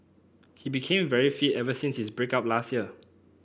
he became very fit ever since his break up last year